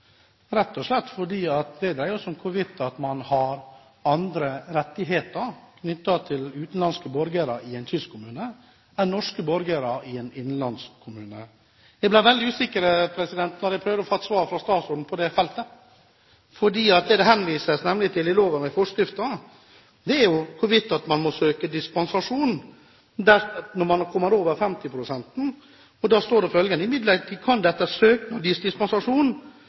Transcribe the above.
rett og slett fordi det dreier seg om hvorvidt det er andre rettigheter knyttet til utenlandske borgere i en kystkommune enn til norske borgere i en innlandskommune. Jeg ble veldig usikker her da jeg prøvde å få et svar fra statsråden på det feltet, for det det nemlig henvises til i loven, er hvorvidt man må søke dispensasjon når man kommer over 50 pst.-en. Da står det følgende: «Imidlertid kan det etter søknad gis dispensasjon